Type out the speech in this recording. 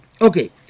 Okay